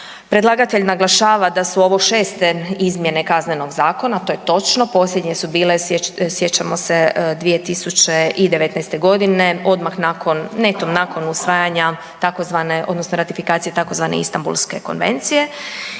predlagatelj naglašava da su ovo 6. izmjene Kaznenog zakona, to je točno, posljednje su bile, sjećamo se, 2019. g., odmah nakon, netom nakon usvajanja tzv. odnosno ratifikacije tzv. Istambulske konvencije